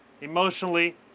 emotionally